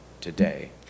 today